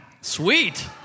Sweet